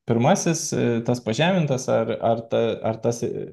pirmasis tas pažemintas ar ar ar tas